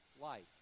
life